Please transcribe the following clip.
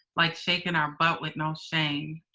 like shaking our butt with no shame.